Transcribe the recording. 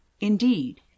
Indeed